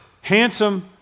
handsome